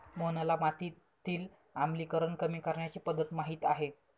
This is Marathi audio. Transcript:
मोहनला मातीतील आम्लीकरण कमी करण्याची पध्दत माहित आहे